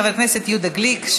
חבר הכנסת יהודה גליק,